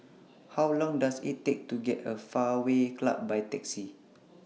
How Long Does IT Take to get to Fairway Club By Taxi